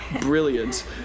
brilliant